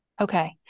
Okay